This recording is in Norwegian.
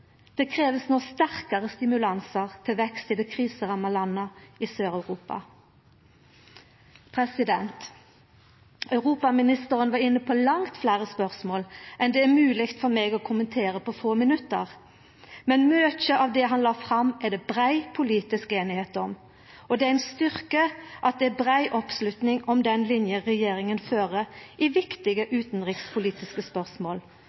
Det krevst no sterkare stimulansar til vekst i dei kriseramma landa i Sør-Europa. Europaministeren var inne på langt fleire spørsmål enn det er mogleg for meg å kommentera på få minutt, men mykje av det han la fram, er det brei politisk einigheit om. Det er ein styrke at det er brei oppslutning om den linja regjeringa fører i viktige utanrikspolitiske spørsmål,